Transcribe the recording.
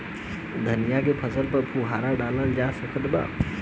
धनिया के फसल पर फुहारा डाला जा सकत बा?